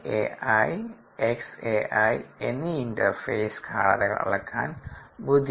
y 𝑦Ai xAi എന്നീ interface ഗാഢതകൾ അളക്കാൻ ബുദ്ധിമുട്ടാണ്